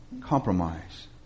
Compromise